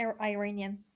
Iranian